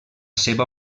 seva